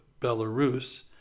Belarus